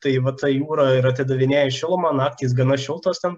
tai va ta jūra ir atidavinėja šilumą naktys gana šiltos ten